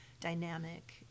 dynamic